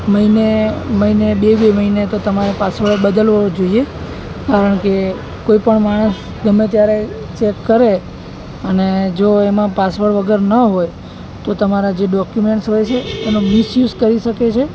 મહિને મહિને બે બે મહિને તો તમારે પાસવડ બદલવો જોઈએ કારણ કે કોઈપણ માણસ ગમે ત્યારે ચેક કરે અને જો એમાં પાસવડ વગર ન હોય તો તમારા જે ડોક્યુમેન્ટ્સ હોય છે એનો મિસ યુસ કરી શકે છે